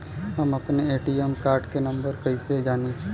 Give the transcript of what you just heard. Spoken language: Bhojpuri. हम अपने ए.टी.एम कार्ड के नंबर कइसे जानी?